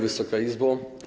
Wysoka Izbo!